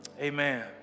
Amen